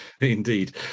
indeed